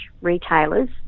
retailers